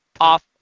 off